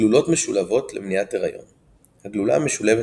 גלולות משולבות למניעת היריון – הגלולה המשולבת